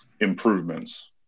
improvements